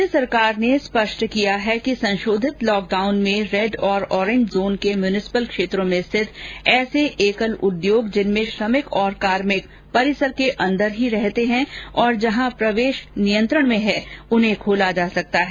राज्य सरकार ने स्पष्ट किया है कि संशोधित लॉकडाउन में रेड और ऑरेन्ज जोन के म्यून्सिपल क्षेत्रों में स्थित ऐसे एकल उद्योग जिनमें श्रमिक और कार्मिक परिसर के अंदर ही रहते है और जहां प्रवेश नियंत्रण में है उन्हें खोला जा सकता है